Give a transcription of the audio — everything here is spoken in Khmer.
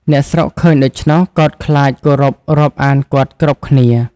អ្នកស្រុកឃើញដូច្នោះ កោតខ្លាចគោរពរាប់អានគាត់គ្រប់គ្នា។